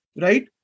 right